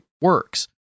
works